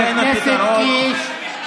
חבר הכנסת קיש.